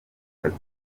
akazi